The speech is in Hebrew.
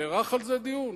נערך על זה דיון?